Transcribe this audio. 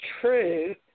true